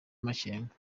amakenga